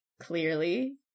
clearly